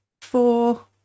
four